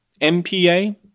MPA